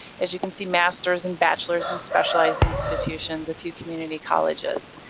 as you can see, masters, and bachelors, and specialized institutions, a few community colleges.